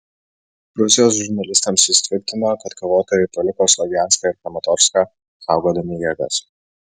rusijos žurnalistams jis tvirtino kad kovotojai paliko slovjanską ir kramatorską saugodami jėgas